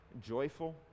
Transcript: joyful